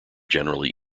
generally